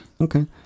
Okay